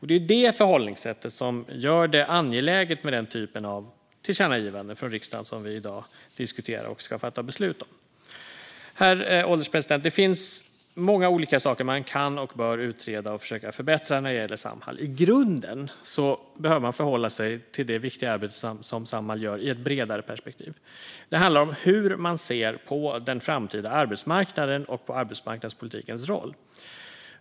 Det är detta förhållningssätt som gör det angeläget med den typ av tillkännagivande från riksdagen som vi i dag diskuterar och ska fatta beslut om. Herr ålderspresident! Det finns många olika saker som man kan och bör utreda och försöka förbättra när det gäller Samhall. I grunden behöver man förhålla sig till det viktiga arbete som Samhall gör i ett bredare perspektiv. Det handlar om hur man ser på den framtida arbetsmarknaden och på arbetsmarknadspolitikens roll.